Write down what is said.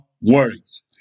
words